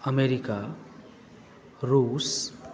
America रूस